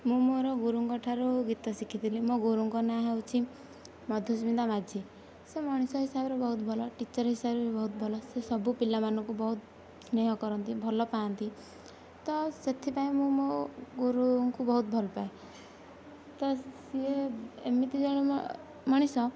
ମୁଁ ମୋର ଗୁରୁଙ୍କ ଠାରୁ ଗୀତ ଶିକ୍ଷିଥିଲି ମୋ ଗୁରୁ ଙ୍କ ନାଁ ହେଉଛି ମଧୁସ୍ମିତା ମାଝି ସେ ମଣିଷ ହିସାବରେ ବହୁତ ଭଲ ଟିଚର ହିସାବରେ ବି ବହୁତ ଭଲ ସେ ସବୁ ପିଲାମାନଙ୍କୁ ବହୁତ ସ୍ନେହ କରନ୍ତି ଭଲ ପାଆନ୍ତି ତ ସେଥିପାଇଁ ମୁଁ ମୋ ଗୁରୁଙ୍କୁ ବହୁତ ଭଲପାଏ ତ ସିଏ ଏମିତି ଜଣେ ମଣିଷ